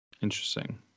interesting